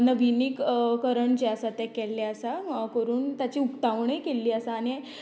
नविनी करण जें आसा तें केल्लें आसा कोरून ताचीं उक्तावणूय केल्ली आसा आनीक